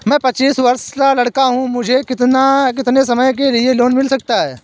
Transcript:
मैं पच्चीस वर्ष का लड़का हूँ मुझे कितनी समय के लिए लोन मिल सकता है?